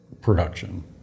production